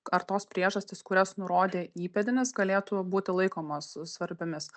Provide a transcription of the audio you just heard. ar tos priežastys kurias nurodė įpėdinis galėtų būti laikomos svarbiomis